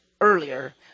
earlier